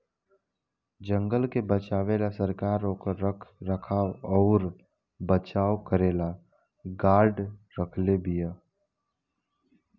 जंगल के बचावे ला सरकार ओकर रख रखाव अउर बचाव करेला गार्ड रखले बिया